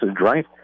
right